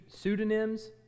pseudonyms